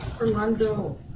Orlando